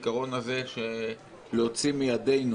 מבחינתי העיקרון הזה, להוציא מידינו